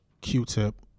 Q-Tip